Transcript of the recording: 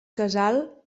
casal